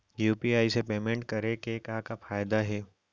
UPI से payment करे के का का फायदा हे?